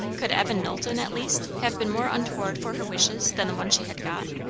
could evan knowlton, at least, have been more untoward for her wishes than the one she had got?